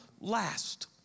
last